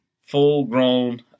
full-grown